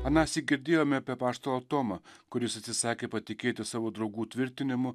anąsyk girdėjome apie apaštalą tomą kuris atsisakė patikėti savo draugų tvirtinimu